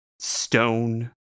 stone